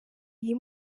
iyi